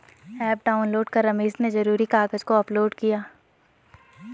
app download कर रमेश ने ज़रूरी कागज़ को अपलोड किया